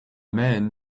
man